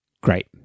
Great